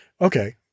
okay